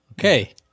Okay